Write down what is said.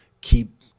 keep